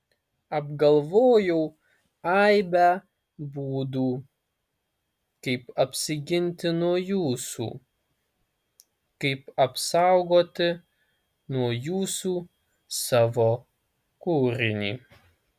apgalvojau aibę būdų kaip apsiginti nuo jūsų kaip apsaugoti nuo jūsų savo kūrinį